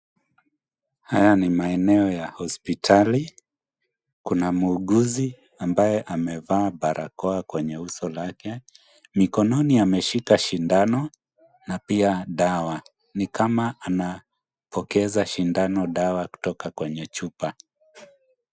Haya ni maeneo ya hospitali, kuna muuguzi ambaye amevaa barakoa kwenye uso lake. Mikononi ameshika shindano na pia dawa, ni kama anapokeza shindano dawa kutoka kwenye chupa.